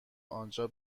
آنجا